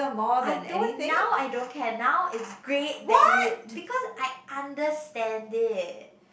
I don't now I don't care now is great that you because I understand it